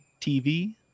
TV